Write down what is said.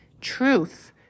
Truth